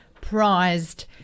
prized